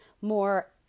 more